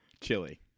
Chili